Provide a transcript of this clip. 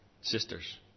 Sisters